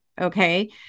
Okay